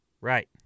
Right